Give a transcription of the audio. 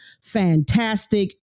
fantastic